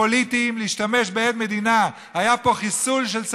לשמור על החיים שלך,